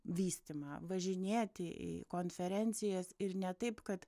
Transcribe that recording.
vystymą važinėti į konferencijas ir ne taip kad